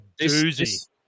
doozy